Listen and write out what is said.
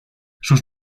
sus